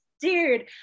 dude